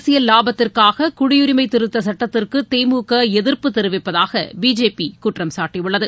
அரசியல் வாபத்திற்காக குடியுரிமை திருத்தச் சுட்டத்திற்கு திமுக எதிர்ப்பு தெரிவிப்பதாக பிஜேபி குற்றம் சாட்டியுள்ளது